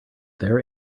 there